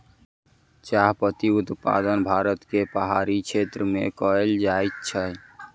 चाह पत्ती उत्पादन भारत के पहाड़ी क्षेत्र में कयल जाइत अछि